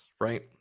right